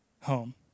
home